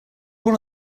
one